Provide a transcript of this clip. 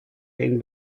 den